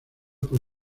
por